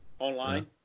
Online